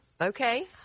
Okay